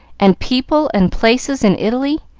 and people and places in italy.